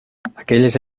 aquelles